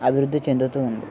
అభివృద్ధి చెందుతూ ఉంది